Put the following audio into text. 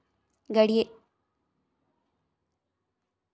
घड़ियाल आई.यू.सी.एन की red list में आता है